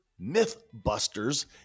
Mythbusters